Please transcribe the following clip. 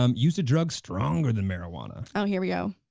um used to drugs stronger than marijuana. oh, here we go.